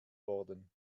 worden